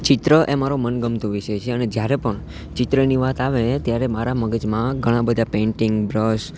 ચિત્ર એ મારો મનગમતો વિષય છે અને જ્યારે પણ ચિત્રની વાત આવે ત્યારે મારા મગજમાં ઘણાં બધા પેંટિંગ બ્રશ